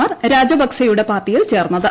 മാർ രജപക്സെയുടെ പാർട്ടിയിൽ ചേർന്നത്